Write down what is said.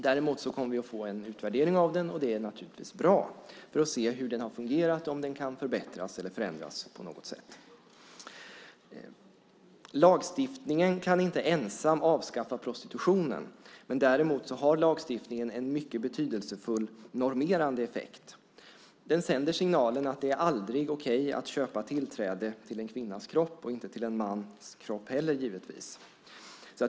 Däremot kommer vi att få en utvärdering av lagstiftningen - och det är naturligtvis bra - för att se hur den har fungerat och om den kan förbättras eller förändras på något sätt. Lagstiftningen kan inte ensam avskaffa prostitutionen, men däremot har lagstiftningen en mycket betydelsefull normerande effekt. Den sänder signalen att det aldrig är okej att köpa tillträde till en kvinnas kropp - och inte till en mans kropp heller, givetvis.